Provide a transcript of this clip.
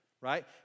right